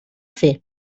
fer